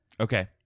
Okay